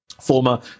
Former